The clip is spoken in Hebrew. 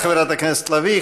תודה, חברת הכנסת לביא.